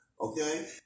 okay